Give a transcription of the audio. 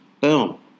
Boom